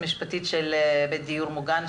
המוגן (תנאים לפעילותו של בית דיור מוגן),